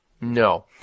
No